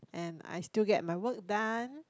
and I still get my work done